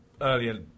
earlier